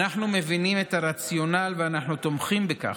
אנחנו מבינים את הרציונל ואנחנו תומכים בכך,